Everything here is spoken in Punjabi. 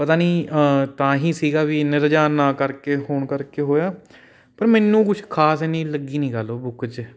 ਪਤਾ ਨਹੀਂ ਤਾ ਹੀ ਸੀਗਾ ਵੀ ਇੰਨਾ ਰੁਝਾਨ ਨਾ ਕਰਕੇ ਹੋਣ ਕਰਕੇ ਹੋਇਆ ਪਰ ਮੈਨੂੰ ਕੁਛ ਖਾਸ ਇੰਨੀ ਲੱਗੀ ਨਹੀਂ ਗੱਲ ਉਹ ਬੁੱਕ 'ਚ